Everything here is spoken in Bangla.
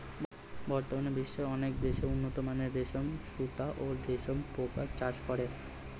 বর্তমানে বিশ্বের অনেক দেশ উন্নতমানের রেশম সুতা ও রেশম পোকার চাষ করে